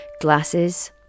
glasses